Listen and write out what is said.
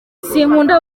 sinkunda